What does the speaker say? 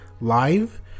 live